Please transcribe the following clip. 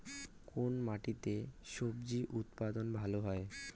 কোন মাটিতে স্বজি উৎপাদন ভালো হয়?